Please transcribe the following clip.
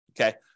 okay